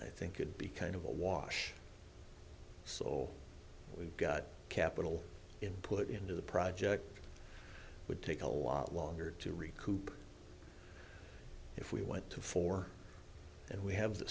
i think could be kind of a wash so we've got capital input into the project would take a lot longer to recoup if we went to four and we have the